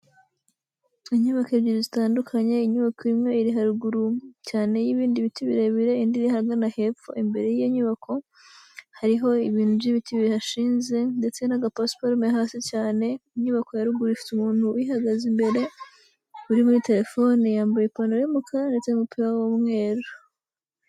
Inyubako ebyiri zitandukanye, inyubako imwe iri haruguru cyane y'ibindi biti birebire, indi iri ahagana hepfo, imbere y'iyo nyubako hariho ibintu by'ibiti bihashinze ndetse n'agapasiparume hasi cyane, inyubako ya ruguru ifite umuntu uyihagaze imbere uri muri telefoni, yambaye ipantaro y'umukara ndetse n'umupira w'umweru.